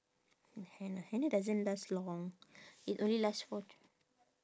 henna henna doesn't last long it only last for